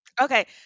okay